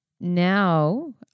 Now